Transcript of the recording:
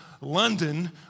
London